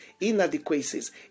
inadequacies